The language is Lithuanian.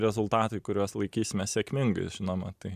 rezultatai kuriuos laikysime sėkmingais žinoma tai